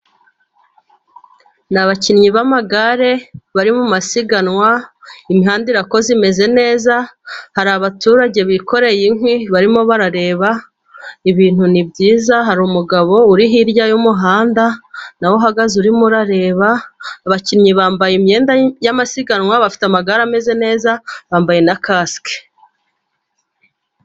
Ni abakinnyi b'amagare bari mu masiganwa. Imihanda irakoze, imeze neza. Hari abaturage bikoreye inkwi, barimo barareba. Ibintu ni byiza. Hari umugabo uri hirya y'umuhanda nawe uhagaze, urimo urareba. Abakinnyi bambaye imyenda y'amasiganwa, bafite amagare ameze neza, bambaye na kasike.